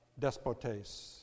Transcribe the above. despotes